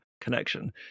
connection